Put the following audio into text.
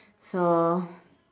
so